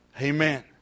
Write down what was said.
Amen